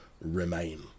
remain